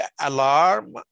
alarm